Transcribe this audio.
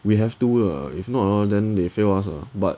we have to lah if not ah then they fail us ah but